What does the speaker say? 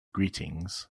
greetings